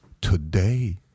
Today